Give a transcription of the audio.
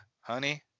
honey